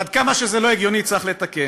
ועד כמה שזה לא הגיוני, צריך לתקן.